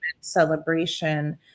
celebration